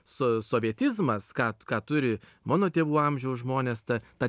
so sovietizmas ką ką turi mano tėvų amžiaus žmonės tą tą